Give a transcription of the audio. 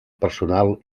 personal